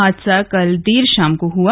हादसा कल देर शाम को हुआ